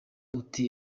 uti